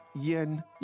yen